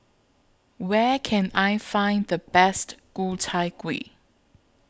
Where Can I Find The Best Ku Chai Kuih